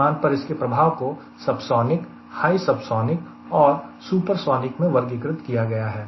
विमान पर इसके प्रभाव को सबसोनिक हाई सबसोनिक और सुपर सोनिक में वर्गीकृत किया गया है